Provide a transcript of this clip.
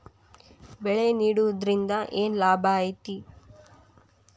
ಬೆಳೆ ನೆಡುದ್ರಿಂದ ಏನ್ ಲಾಭ ಐತಿ?